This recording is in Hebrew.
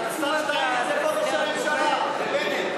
ראש הממשלה, בנט.